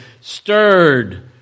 stirred